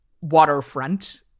waterfront